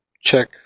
check